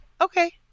Okay